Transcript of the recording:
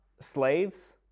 slaves